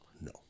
No